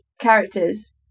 characters